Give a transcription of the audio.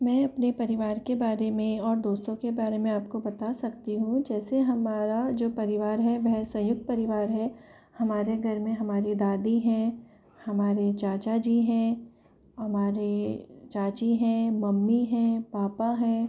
मैं अपने परिवार के बारे में और दोस्तों के बारे में आपको बता सकती हूँ जैसे हमारा जो परिवार है वह संयुक्त परिवार है हमारे घर में हमारी दादी हैं हमारे चाचा जी हैं हमारे चाची हैं मम्मी हैं पापा हैं